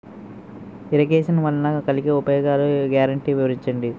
Irrigation వలన కలిగే ఉపయోగాలు గ్యారంటీ వివరించండి?